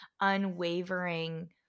unwavering